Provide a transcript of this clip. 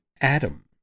Adam